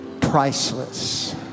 priceless